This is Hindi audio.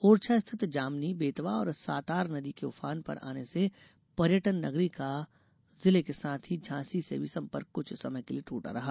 ओरछा स्थित जामनी बेतवा एवं सातार नदी के ऊफान पर आने से पर्यटन नगरी का जिले के साथ ही झांसी से भी संपर्क क्छ समय के लिए ट्रट रहा